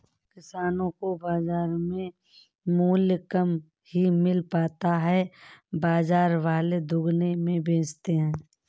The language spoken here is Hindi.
किसानो को बाजार में मूल्य कम ही मिल पाता है बाजार वाले दुगुने में बेचते है